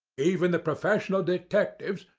even the professional detectives,